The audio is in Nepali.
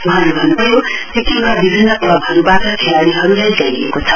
वहाँले भन्नुभयो सिक्किमका विभिन्न क्लबहरूबाट खेलाडीहरूलाई ल्याइएको छ